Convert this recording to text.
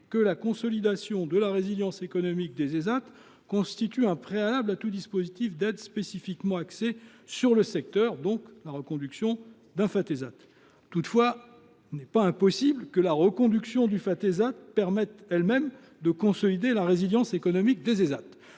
que la consolidation de la résilience économique des Ésat constitue un préalable à tout dispositif d’aide spécifiquement axé sur le secteur. Toutefois, il n’est pas impossible que la reconduction du Fatésat permette précisément de consolider la résilience économique des Ésat.